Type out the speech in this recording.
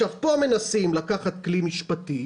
כאן מנסים לקחת כלי משפטי,